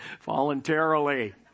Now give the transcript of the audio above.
voluntarily